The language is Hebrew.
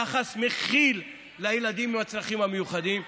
יחס מכיל לילדים עם הצרכים המיוחדים.